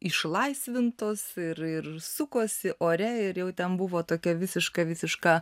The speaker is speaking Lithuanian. išlaisvintos ir ir sukosi ore ir jau ten buvo tokia visiška visiška